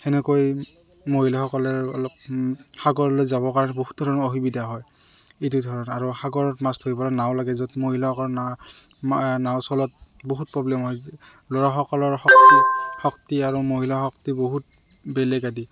তেনেকৈ মহিলাসকলে অলপ সাগৰলৈ যাবৰ কাৰণে বহুত ধৰণৰ অসুবিধা হয় এইটো ধৰণ আৰু সাগৰত মাছ ধৰিব নাও লাগে য'ত মহিলাসকলৰ না নাও চলাত বহুত প্ৰব্লেম হয় ল'ৰাসকলৰ শক্তি শক্তি আৰু মহিলা শক্তি বহুত বেলেগ আদি